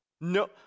No